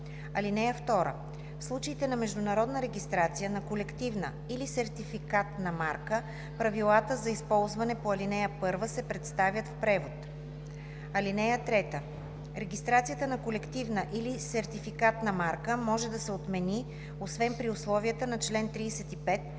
марките. (2) В случаите на международна регистрация на колективна или сертификатна марка правилата за използване по ал. 1 се представят в превод. (3) Регистрацията на колективна или сертификатна марка може да се отмени освен при условията на чл. 35